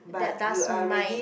they're dust mite